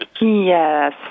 Yes